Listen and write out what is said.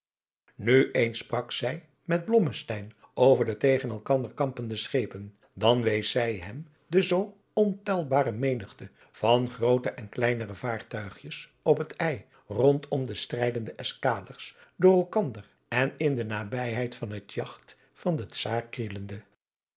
nu eens sprak zij met blommesteyn over de tegen elkander kampende schepen dan wees zij hem de zoo ontelbare menigte van groote en kleine vaartuigjes op het ij rondom de strijdende eskaders door elkander en in de nabijheid van het jagt van den